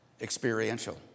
Experiential